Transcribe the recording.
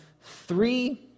three